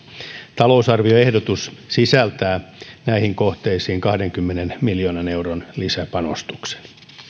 talousarvioehdotus sisältää näihin kohteisiin kahdenkymmenen miljoonan euron lisäpanostuksen